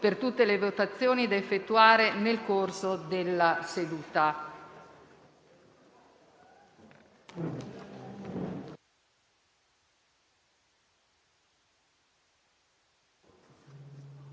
per tutte le votazioni da effettuare nel corso della seduta.